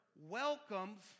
welcomes